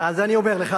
אז אני אומר לך,